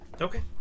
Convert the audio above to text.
Okay